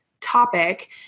topic